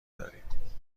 داریم